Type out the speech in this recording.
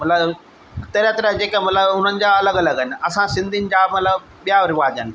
मतिलबु तरह तरह जा जेके मतिलबु उन्हनि जा अलॻि अलॻि आहिनि असां सिंधियुनि जा मतिलबु ॿिया रिवाज आहिनि